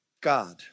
God